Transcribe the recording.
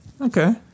Okay